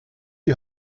die